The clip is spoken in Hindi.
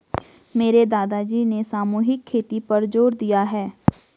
मेरे दादाजी ने सामूहिक खेती पर जोर दिया है